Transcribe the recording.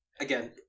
Again